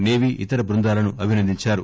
navy ఇతర బృందాలను అభినందించారు